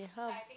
how